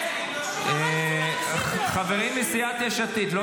חברים, כל